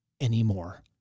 anymore